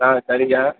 ஆ சரிங்க